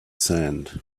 sand